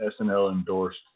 SNL-endorsed